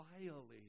violated